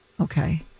Okay